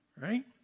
Right